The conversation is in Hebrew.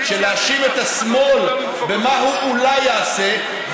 להאשים את השמאל במה שהוא אולי יעשה,